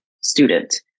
student